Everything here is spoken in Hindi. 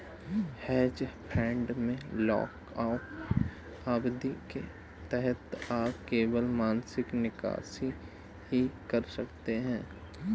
हेज फंड में लॉकअप अवधि के तहत आप केवल मासिक निकासी ही कर सकते हैं